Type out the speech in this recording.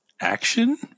action